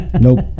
nope